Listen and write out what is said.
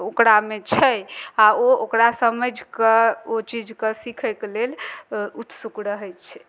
ओकरा मे छै आ ओ ओकरा समैझ कऽ ओ चीज कऽ सीखै कऽ लेल उत्सुक रहै छै